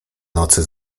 nocy